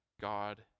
God